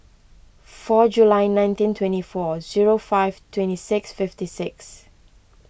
four July nineteen twenty four zero five twenty six fifty six